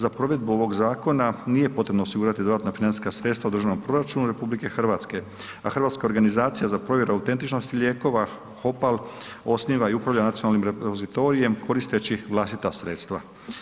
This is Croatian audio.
Za provedbu ovog zakon nije potrebno osigurati dodatna financijska sredstva u Državnom proračunu RH, a Hrvatska organizacija za provjeru autentičnosti lijekova HOPAL osniva i upravlja nacionalnim repozitorijem koristeći vlastita sredstava.